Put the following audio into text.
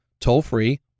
Toll-free